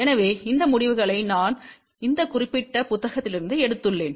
எனவே இந்த முடிவுகளை நான் இந்த குறிப்பிட்ட புத்தகத்திலிருந்து எடுத்துள்ளேன்